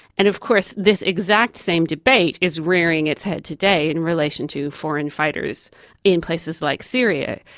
and of course, this exact same debate is rearing its head today in relation to foreign fighters in places like syria,